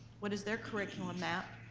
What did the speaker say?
what is their curriculum at,